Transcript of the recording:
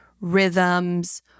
rhythms